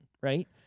Right